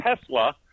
Tesla